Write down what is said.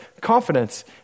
confidence